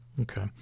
Okay